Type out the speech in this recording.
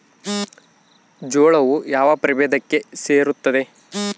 ಜೋಳವು ಯಾವ ಪ್ರಭೇದಕ್ಕೆ ಸೇರುತ್ತದೆ?